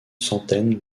centaine